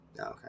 okay